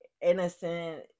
innocent